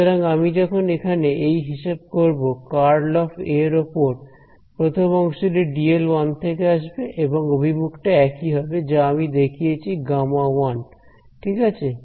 সুতরাং আমি যখন এখানে এই হিসাব করব ∇× A→ এর উপরে প্রথম অংশটি dl1 থেকে আসবে এবং অভিমুখ টা একই হবে যা আমি দেখিয়েছি Γ1 ঠিক আছে